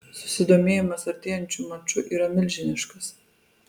susidomėjimas artėjančiu maču yra milžiniškas